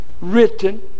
written